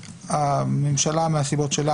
הממשלה מהסיבות שלה,